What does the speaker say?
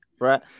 right